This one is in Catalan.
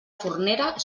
fornera